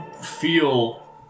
feel